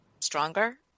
stronger